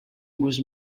was